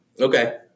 Okay